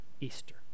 easter